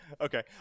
okay